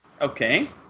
Okay